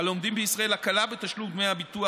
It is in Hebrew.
הלומדים בישראל הקלה בתשלום דמי הביטוח